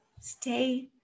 stay